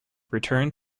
returned